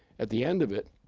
at the end of it,